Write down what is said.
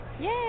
Yay